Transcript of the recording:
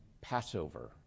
Passover